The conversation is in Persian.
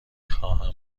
خواهم